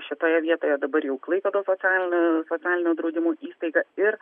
šitoje vietoje dabar jau klaipėdos socialinę socialinio draudimo įstaigą ir